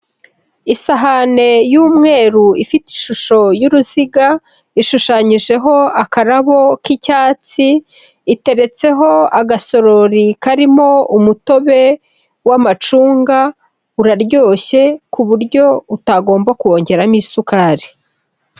Isahani y'umweru ifite ishusho y'uruziga, ishushanyijeho akarabo k'icyatsi, iteretseho agasorori karimo umutobe w'amacunga uraryoshye ku buryo utagomba kuwongeramo isukari.